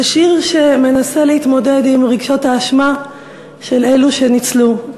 זה שיר שמנסה להתמודד עם רגשות האשמה של אלו שניצלו,